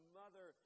mother